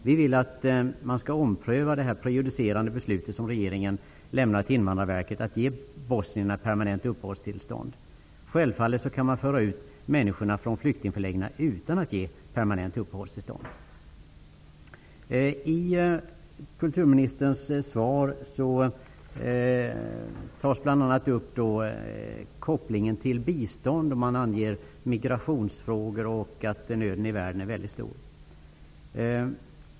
Vi vill att man skall ompröva det prejudicerande beslutet som regeringen gett Invandrarverket om att ge bosnierna permanent uppehållstillstånd. Självfallet kan man föra ut människor från flyktingförläggningarna utan att ge permanent uppehållstillstånd. I kulturministerns svar togs kopplingen till biståndet upp. Migrationsfrågorna nämns samt att nöden i världen är mycket stor.